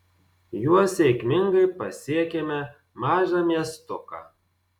juo sėkmingai pasiekėme mažą miestuką